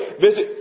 visit